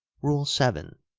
rule seven.